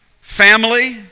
family